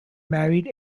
married